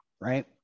right